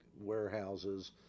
warehouses